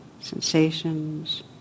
sensations